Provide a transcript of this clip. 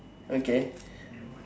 okay